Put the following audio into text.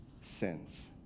sins